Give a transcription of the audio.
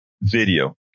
video